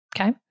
Okay